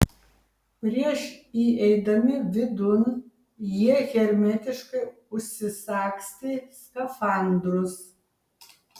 prieš įeidami vidun jie hermetiškai užsisagstė skafandrus